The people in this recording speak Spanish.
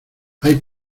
hay